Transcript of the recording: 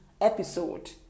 episode